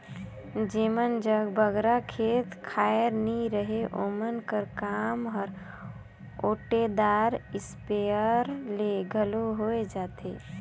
जेमन जग बगरा खेत खाएर नी रहें ओमन कर काम हर ओटेदार इस्पेयर ले घलो होए जाथे